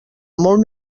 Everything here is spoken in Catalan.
molt